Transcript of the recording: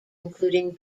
including